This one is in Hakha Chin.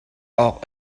awk